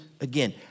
again